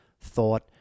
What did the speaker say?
thought